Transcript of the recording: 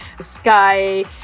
Sky